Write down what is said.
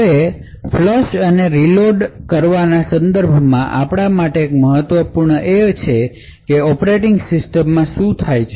હવે ફ્લશ અને રીલોડ કરવાના સંદર્ભમાં આપણે માટે મહત્વપૂર્ણ એ છે કે ઑપરેટિંગ સિસ્ટમ માં શું થાય છે